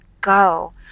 go